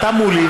אתה מולי,